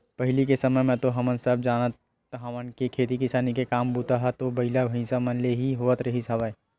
पहिली के समे म तो हमन सब जानते हवन के खेती किसानी के काम बूता ह तो बइला, भइसा मन ले ही होवत रिहिस हवय